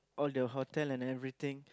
all the hotel and everything